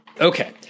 Okay